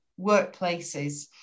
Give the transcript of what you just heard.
workplaces